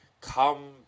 come